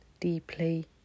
deeply